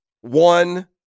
one